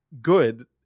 good